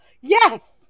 Yes